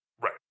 Right